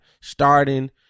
Starting